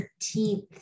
13th